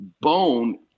bone